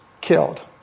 killed